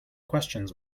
questions